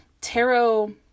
Tarot